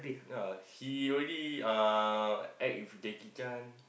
yea he already uh act with Jackie-Chan